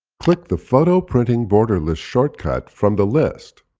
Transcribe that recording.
click the photo printing-borderless shortcut from the list.